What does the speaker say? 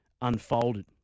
unfolded